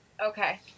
Okay